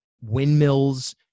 windmills